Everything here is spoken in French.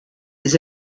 des